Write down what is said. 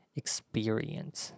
experience